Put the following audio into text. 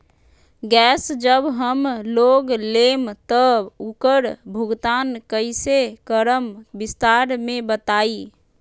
Gas जब हम लोग लेम त उकर भुगतान कइसे करम विस्तार मे बताई?